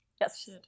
Yes